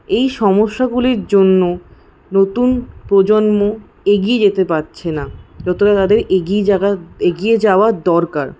এই সমস্যাগুলির জন্য নতুন প্রজন্ম এগিয়ে যেতে পারছেনা যতটা তাদের এগিয়ে যাগা এগিয়ে যাওয়ার দরকার